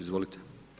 Izvolite.